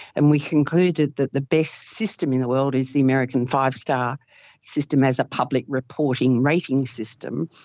and we concluded that the best system in the world is the american five-star system as a public reporting rating system.